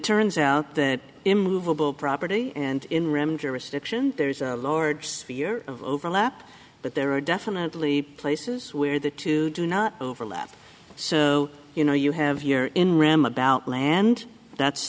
turns out that immovable property and in rem jurisdiction there is lord sphere of overlap but there are definitely places where the two do not overlap so you know you have here in ram about land that's